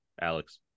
Alex